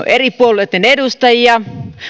eri puolueitten edustajia